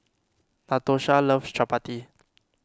Natosha loves Chappati